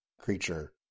creature